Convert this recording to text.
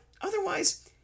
otherwise